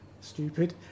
Stupid